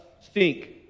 stink